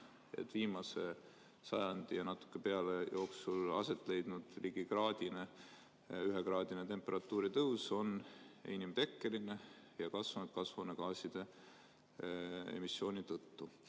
viimase sajandi ja natuke peale jooksul aset leidnud ligi ühekraadine temperatuuri tõus on inimtekkeline ja kasvanud kasvuhoonegaaside emissiooni tõttu.